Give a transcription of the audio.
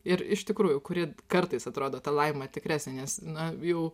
ir iš tikrųjų kuri kartais atrodo ta laima tikresnė nes na jau